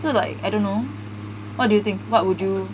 就是 like I don't know what do you think what would you